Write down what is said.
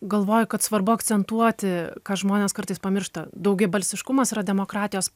galvoju kad svarbu akcentuoti ką žmonės kartais pamiršta daugiabalsiškumas yra demokratijos